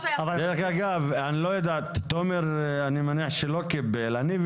אני מניח שתומר לא קיבל אבל איתן,